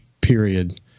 period